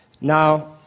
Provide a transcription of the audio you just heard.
Now